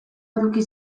eduki